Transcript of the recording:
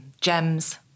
gems